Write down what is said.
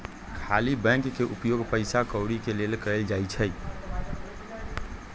खाली बैंक के उपयोग पइसा कौरि के लेल कएल जाइ छइ